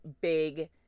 big